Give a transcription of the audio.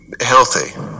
healthy